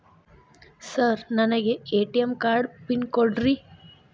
Sir ನನಗೆ ATM card PIN ಕೊಡ್ರಿ?